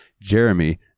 Jeremy